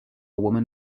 woman